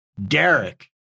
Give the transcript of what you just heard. Derek